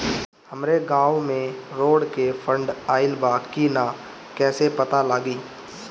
हमरा गांव मे रोड के फन्ड आइल बा कि ना कैसे पता लागि?